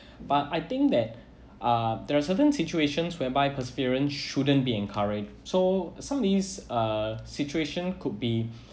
but I think that uh there are certain situations whereby perseverance shouldn't be encouraged so some these uh situation could be